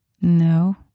No